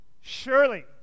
Surely